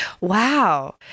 wow